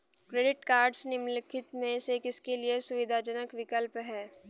Credit cards निम्नलिखित में से किसके लिए सुविधाजनक विकल्प हैं?